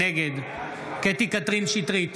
נגד קטי קטרין שטרית,